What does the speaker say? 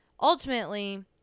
ultimately